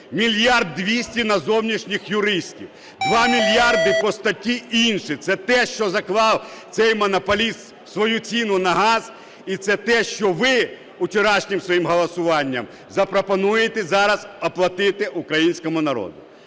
мільярд 200 на зовнішніх юристів; 2 мільярди по статті "інші". Це те, що заклав цей монополіст свою ціну на газ, і це те, що ви вчорашнім своїм голосуванням запропонуєте зараз оплатити українському народу.